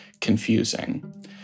confusing